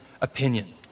Opinion